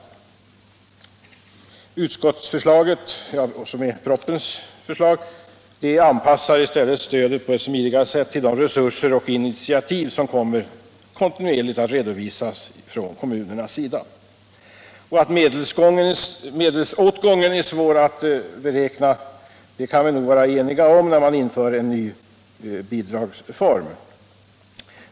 Propositionens och utskottets förslag anpassar på ett smidigare sätt stödet till de resurser och initiativ som kontinuerligt redovisas av kommunerna. Att medelsåtgången är svår att beräkna när man inför en ny bidragsform kan vi nog vara eniga om.